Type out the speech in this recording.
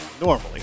normally